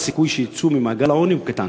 הסיכוי שהם יצאו ממעגל העוני הוא קטן.